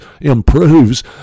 improves